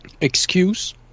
excuse